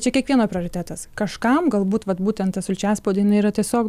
čia kiekvieno prioritetas kažkam galbūt vat būtent sulčiaspaudė yra tiesiog